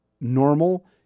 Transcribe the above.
normal